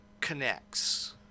connects